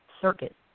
circuit